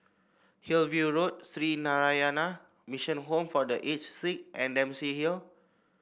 Hillview Road Sree Narayana Mission Home for The Aged Sick and Dempsey Hill